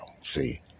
see